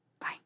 Bye